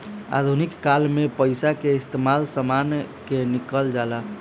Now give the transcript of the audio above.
आधुनिक काल में पइसा के इस्तमाल समान के किनल जाला